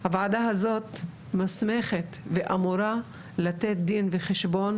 הוועדה הזאת מוסמכת ואמורה לתת דין וחשבון